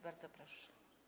Bardzo proszę.